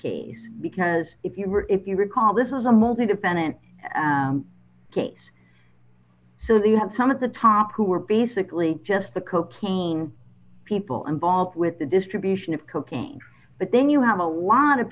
case because if you were if you recall this is a multi defendant case so the you have some of the top who are basically just the cocaine people involved with the distribution of cooking but then you have a lot of